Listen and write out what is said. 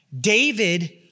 David